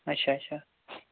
اَچھا اَچھا